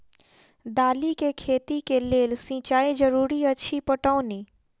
दालि केँ खेती केँ लेल सिंचाई जरूरी अछि पटौनी?